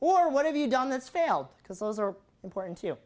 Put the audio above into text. or what have you done that's failed because those are important to